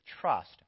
trust